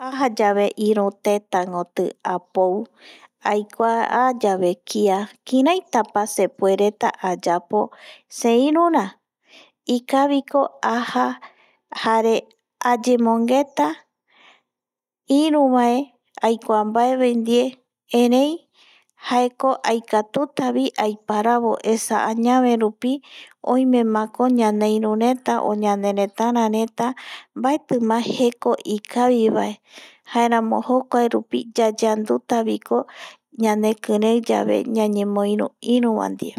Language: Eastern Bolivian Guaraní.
Ajayave iro tetagoti apou aikua ayave kia kiraitapa kiraitapa sepuereta ayapo se irura, ikaviko aja jare ayemongeta. ieru vae aikuaabaeva ndie, erei jaeko aikatuta aiparavo esa añave añaverupi oimemako ñaneirureta o ñaneretarareta mbaetima jeko ikavivae jaeramo jokua rupi yayeandutaviko ñanekirei yave ñañemoiru iru vae ndie